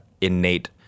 innate